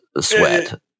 sweat